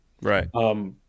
Right